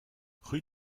rue